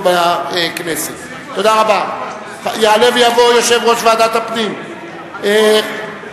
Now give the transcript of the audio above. יושב-ראש הכנסת במקומו של יושב-ראש ועדת החינוך דהיום,